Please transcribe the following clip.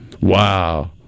Wow